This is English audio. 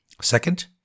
Second